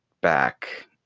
Back